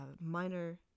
minor